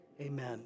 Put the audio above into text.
amen